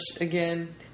again